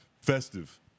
Festive